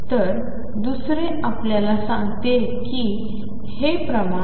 तर दुसरे आपल्याला सांगते की हे प्रमाण